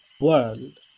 world